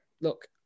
look